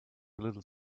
little